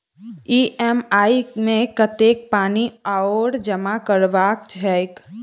EMI मे कतेक पानि आओर जमा करबाक छैक?